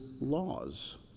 laws